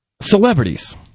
celebrities